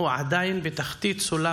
עדיין בתחתית סולם